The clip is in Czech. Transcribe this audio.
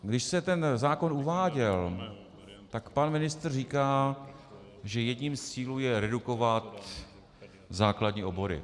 Když se ten zákon uváděl, tak pan ministr říkal, že jedním z cílů je redukovat základní obory.